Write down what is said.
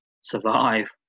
survive